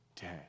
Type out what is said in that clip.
Dad